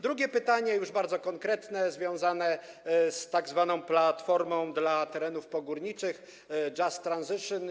Drugie pytanie, już bardzo konkretne, jest związane z tzw. platformą dla terenów pogórniczych, Just Transition.